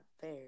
fair